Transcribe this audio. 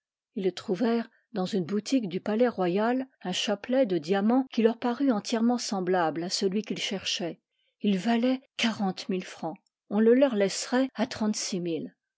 ils trouvèrent dans une boutique du palaisroyal un chapelet de diamants qui leur parut entièrement semblable à celui qu'ils cherchaient il valait quarante mille francs on le leur laisserait à